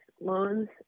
loans